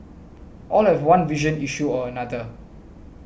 all have one vision issue or another